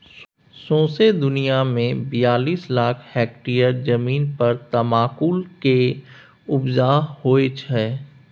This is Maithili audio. सौंसे दुनियाँ मे बियालीस लाख हेक्टेयर जमीन पर तमाकुल केर उपजा होइ छै